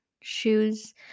shoes